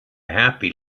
happy